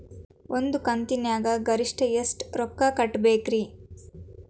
ಒಂದ್ ಕಂತಿನ್ಯಾಗ ಗರಿಷ್ಠ ಎಷ್ಟ ರೊಕ್ಕ ಕಟ್ಟಬೇಕ್ರಿ?